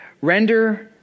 render